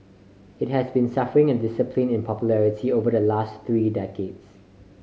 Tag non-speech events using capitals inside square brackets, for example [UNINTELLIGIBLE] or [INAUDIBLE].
it has been suffering a [UNINTELLIGIBLE] in popularity over the last three decades